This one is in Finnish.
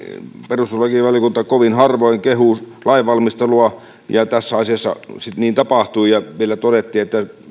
perustuslakivaliokunta kovin harvoin kehuu lainvalmistelua ja tässä asiassa siis niin tapahtui ja vielä todettiin että